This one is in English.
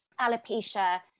alopecia